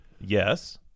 Yes